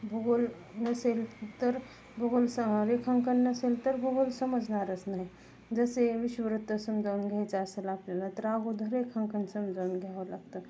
भूगोल नसेल तर भूगोल स रेखांकन नसेल तर भूगोल समजणारच नाही जसे विषुववृत्त समजावून घ्यायचं असेल आपल्याला तर अगोदर रेखांकन समजावून घ्यावं लागतं